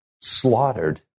slaughtered